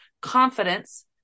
confidence